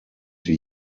die